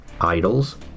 idols